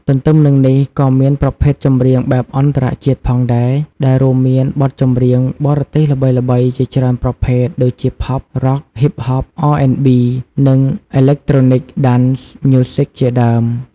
ទន្ទឹមនឹងនេះ ក៏មានប្រភេទ ចម្រៀងបែបអន្តរជាតិ ផងដែរ ដែលរួមមានបទចម្រៀងបរទេសល្បីៗជាច្រើនប្រភេទដូចជា Pop, Rock, Hip-hop, R&B, និង Electronic Dance Music ជាដើម។